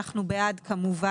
בעד.